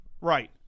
Right